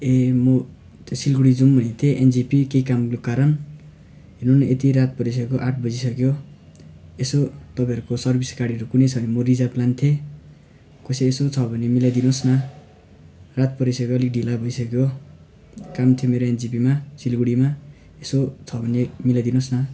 ए म त्यो सिलगढी जाउँ भनेको थिएँ एनजिपी केही कामले कारण हेर्नु न यति रात परिसक्यो आज बजिसक्यो यसो तपाईँहरूको सर्भिस गाडीहरू कुनै छ कि म रिजार्भ लाने थिएँ कसै यसो छ भने मिलाइदिनुहोस् न रात परिसक्यो अलि ढिला भइसक्यो काम थियो मेरो एनजिपीमा सिलगढीमा यसो छ भने मिलाइदिनुस् न